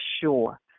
sure